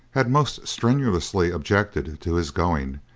had most strenuously objected to his going,